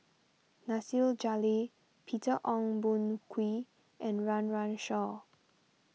Nasir Jalil Peter Ong Boon Kwee and Run Run Shaw